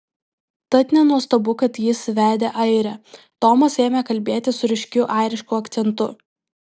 tad nenuostabu kad jis vedė airę tomas ėmė kalbėti su ryškiu airišku akcentu